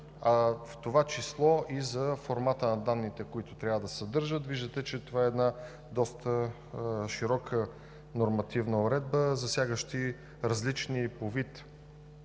а в това число и за формата на данните, които трябва да съдържат. Виждате, че това е една доста широка нормативна уредба, засягаща различни по вид